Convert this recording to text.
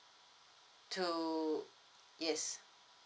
to yes